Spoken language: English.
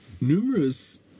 Numerous